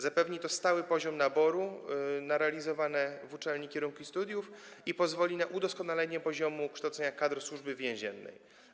Zapewni to stały poziom naboru na realizowane w uczelni kierunki studiów i pozwoli na udoskonalenie poziomu kształcenia kadr Służby Więziennej.